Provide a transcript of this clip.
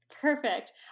Perfect